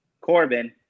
Corbin